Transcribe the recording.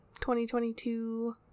2022